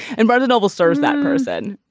and but the novel serves that person.